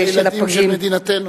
אלה הילדים של מדינתנו.